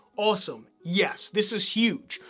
awesome, yes, this is huge.